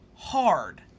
hard